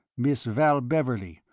miss val beverley,